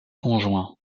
conjoints